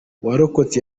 uwarokotse